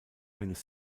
eines